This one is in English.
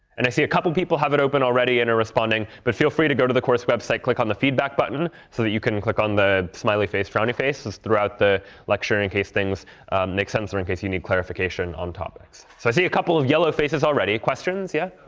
and i see a couple of people have it open already and are responding. but feel free to go to the course website, click on the feedback button so that you can click on the smiley face frowny face throughout the lecture, in case things make sense or in case you need clarification on topics. so i see a couple of yellow faces already. questions, yeah?